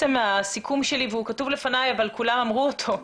הסיכום שלי, הוא כתוב לפני אבל כולם אמרו אותו.